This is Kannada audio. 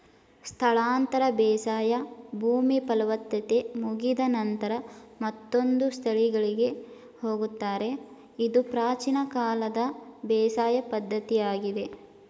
ಸ್ಥಳಾಂತರ ಬೇಸಾಯ ಭೂಮಿ ಫಲವತ್ತತೆ ಮುಗಿದ ನಂತರ ಮತ್ತೊಂದು ಸ್ಥಳಗಳಿಗೆ ಹೋಗುತ್ತಾರೆ ಇದು ಪ್ರಾಚೀನ ಕಾಲದ ಬೇಸಾಯ ಪದ್ಧತಿಯಾಗಿದೆ